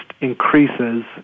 increases